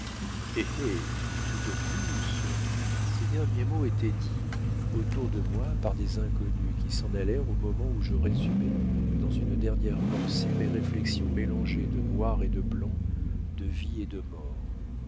hé tout au plus ces derniers mots étaient dits autour de moi par des inconnus qui s'en allèrent au moment où je résumais dans une dernière pensée mes réflexions mélangées de noir et de blanc de vie et de mort